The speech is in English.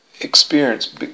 experience